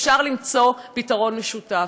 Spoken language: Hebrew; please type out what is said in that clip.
אפשר למצוא פתרון משותף.